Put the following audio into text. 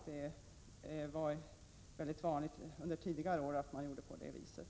Det var vanligt under tidigare år att man gjorde på det viset.